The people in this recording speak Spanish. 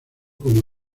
como